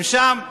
הם שם.